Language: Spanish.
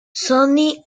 sony